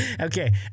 Okay